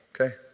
Okay